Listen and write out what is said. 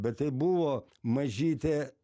bet tai buvo mažytė